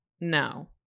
No